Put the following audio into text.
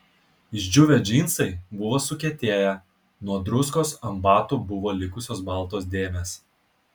išdžiūvę džinsai buvo sukietėję nuo druskos ant batų buvo likusios baltos dėmės